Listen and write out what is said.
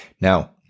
Now